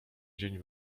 dzień